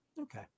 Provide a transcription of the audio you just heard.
Okay